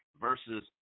versus